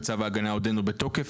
וצו ההגנה עודנו בתוקף,